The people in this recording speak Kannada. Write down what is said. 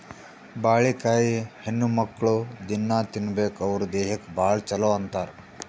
ಬಾಳಿಕಾಯಿ ಹೆಣ್ಣುಮಕ್ಕ್ಳು ದಿನ್ನಾ ತಿನ್ಬೇಕ್ ಅವ್ರ್ ದೇಹಕ್ಕ್ ಭಾಳ್ ಛಲೋ ಅಂತಾರ್